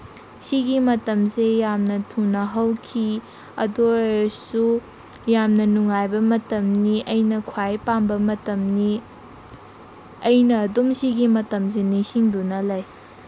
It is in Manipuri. ꯁꯤꯒꯤ ꯃꯇꯝꯁꯦ ꯌꯥꯝꯅ ꯊꯨꯅ ꯍꯧꯈꯤ ꯑꯗꯨ ꯑꯣꯏꯔꯁꯨ ꯌꯥꯝꯅ ꯅꯨꯡꯉꯥꯏꯕ ꯃꯇꯝꯅꯤ ꯑꯩꯅ ꯈ꯭ꯋꯥꯏ ꯄꯥꯝꯕ ꯃꯇꯝꯅꯤ ꯑꯩꯅ ꯑꯗꯨꯝ ꯁꯤꯒꯤ ꯃꯇꯝꯁꯤ ꯅꯤꯡꯁꯤꯡꯗꯨꯅ ꯂꯩ